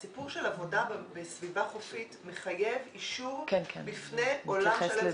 הסיפור של עבודה בסביבה חופית מחייב אישור בפני עולם שלם.